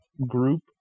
group